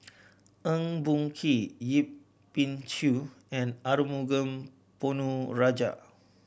Eng Boh Kee Yip Pin Xiu and Arumugam Ponnu Rajah